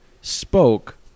spoke